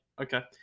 okay